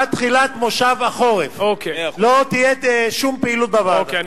עד תחילת כנס החורף לא תהיה שום פעילות בוועדה.